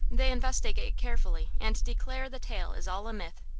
they investigate carefully, and declare the tale is all a myth.